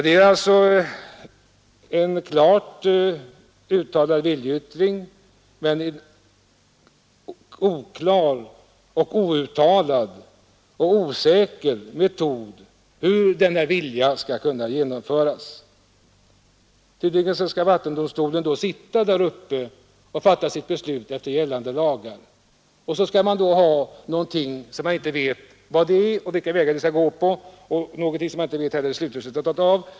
Det är alltså en klart uttalad viljeyttring, men en oklar, outtalad och osäker metod hur denna viljeyttring skall kunna genomföras. Vattendomstolen skall alltså sitta och fatta beslut efter gällande lagar, och så skall man ha någonting som man inte vet vad det är och vilken väg man skall gå på och någonting som man inte heller vet slutresultatet av.